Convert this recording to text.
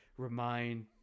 remind